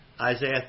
Isaiah